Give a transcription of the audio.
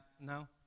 No